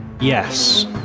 Yes